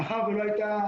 מאחר שלא הייתה